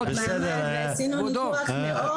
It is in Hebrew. ועשינו ניתוח מאוד מאוד מסודר.